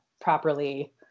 properly